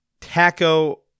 taco